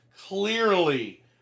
clearly